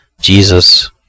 Jesus